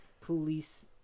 Police